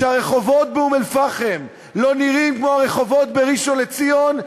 כשהרחובות באום-אלפחם לא נראים כמו הרחובות בראשון-לציון,